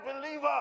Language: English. believer